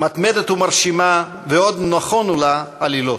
מתמדת ומרשימה, ועוד נכונו לה עלילות.